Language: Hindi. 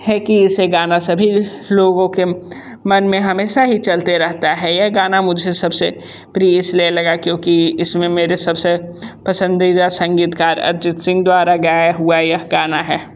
हैं कि ऐसे गाना सभी लोगों के मन में हमेशा ही चलते रहता है यह गाना मुझे सबसे प्रिय इसलिए लगा क्योंकि इसमें मेरे सबसे पसंदीदा संगीतकार अरिजित सिंह द्वारा गया हुआ यह गाना है